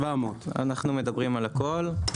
700. אנחנו מדברים על הכול.